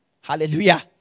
Hallelujah